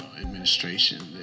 administration